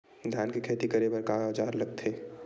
धान के खेती करे बर का औजार लगथे?